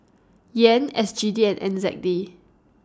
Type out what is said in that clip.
Yen S G D and N Z D